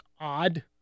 odd